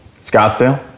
Scottsdale